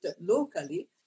locally